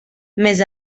més